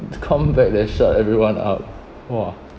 comeback that shut everyone up !wah!